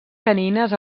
canines